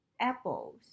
apples